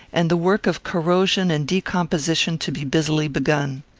and the work of corrosion and decomposition to be busily begun.